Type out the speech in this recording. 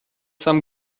sam